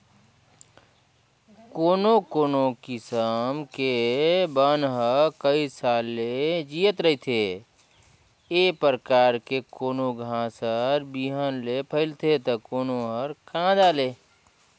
कोनो कोनो किसम के बन ह कइ साल ले जियत रहिथे, ए परकार के कोनो घास हर बिहन ले फइलथे त कोनो हर कांदा ले